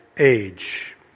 age